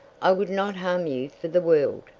i would not harm you for the world,